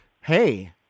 hey